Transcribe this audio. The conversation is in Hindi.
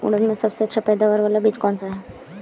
उड़द में सबसे अच्छा पैदावार वाला बीज कौन सा है?